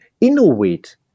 innovate